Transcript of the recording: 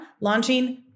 launching